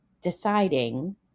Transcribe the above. deciding